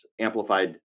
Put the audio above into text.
amplified